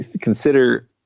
consider